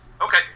Okay